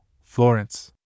Florence